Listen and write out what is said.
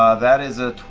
ah that is a